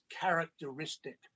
characteristic